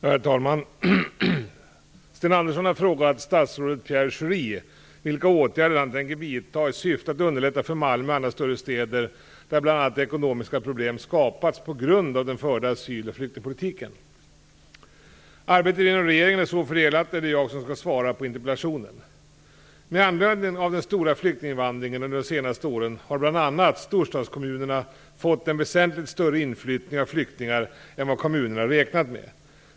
Herr talman! Sten Andersson har frågat statsrådet Pierre Schori vilka åtgärder han tänker vidta i syfte att underlätta för Malmö och andra större städer, där bl.a. ekonomiska problem skapas på grund av den förda asyl och flyktingpolitiken. Arbetet inom regeringen är så fördelat att det är jag som skall svara på interpellationen. Med anledning av den stora flyktinginvandringen under de senaste åren har bl.a. storstadskommunerna fått en väsentligt större inflyttning av flyktingar än vad kommunerna har räknat med.